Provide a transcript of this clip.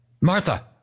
Martha